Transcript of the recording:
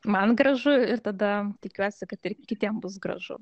man gražu ir tada tikiuosi kad ir kitiem bus gražu